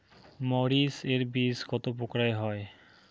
মরিচ এর বীজ কতো প্রকারের হয়?